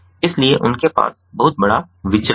इसलिए उनके पास बहुत बड़ा विचरण है